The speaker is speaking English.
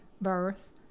birth